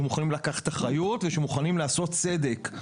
שמוכנים לקחת אחריות ושמוכנים לעשות צדק,